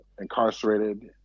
incarcerated